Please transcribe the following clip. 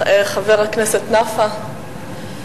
חבר הכנסת נפאע,